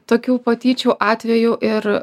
tokių patyčių atvejų ir